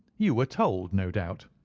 you were told, no doubt.